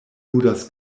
ludas